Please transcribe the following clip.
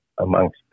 amongst